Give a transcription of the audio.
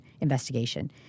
investigation